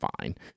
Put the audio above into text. fine